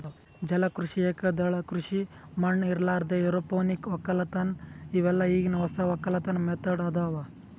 ಜಲ ಕೃಷಿ, ಏಕದಳ ಕೃಷಿ ಮಣ್ಣ ಇರಲಾರ್ದೆ ಎರೋಪೋನಿಕ್ ವಕ್ಕಲತನ್ ಇವೆಲ್ಲ ಈಗಿನ್ ಹೊಸ ವಕ್ಕಲತನ್ ಮೆಥಡ್ ಅದಾವ್